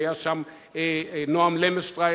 היו שם נעם למלשטריך,